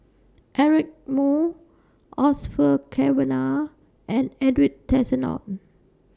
Eric Moo Cavenagh and Edwin Tessensohn